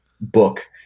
book